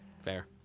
Fair